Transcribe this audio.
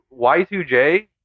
Y2J